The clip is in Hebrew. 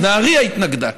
אז נהריה התנגדה,